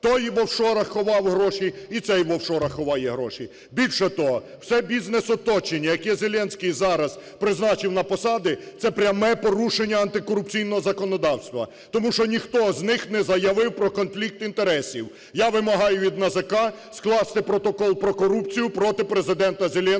Той в офшорах ховав гроші, і цей в офшорах ховає гроші. Більше того, все бізнес оточення, яке Зеленський зараз призначив на посади, - це пряме порушення антикорупційного законодавства, тому що ніхто з них не заявив про конфлікт інтересів. Я вимагаю від НАЗК скласти протокол про корупцію проти Президента Зеленського…